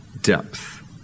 depth